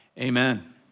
amen